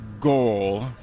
goal